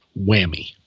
whammy